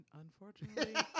unfortunately